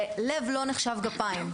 ולב לא נחשב גפיים.